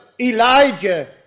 Elijah